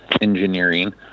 engineering